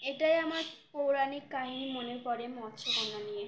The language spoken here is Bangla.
এটাই আমার পৌরাণিক কাহিনী মনে পড়ে মৎস্যকন্যা নিয়ে